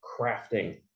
crafting